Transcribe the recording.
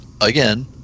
again